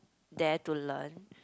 there to learn